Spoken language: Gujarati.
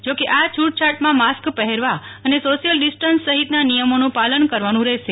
જો કે આ છૂટછાટમાં માસ્ક પહેરવા અને સોશિયલ ડિસ્ટન્સ સહિતના નિયમોનું પાલન કરવાનું રહેશે